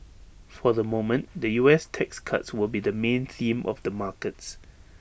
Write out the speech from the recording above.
for the moment the U S tax cuts will be the main theme of the markets